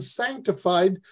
sanctified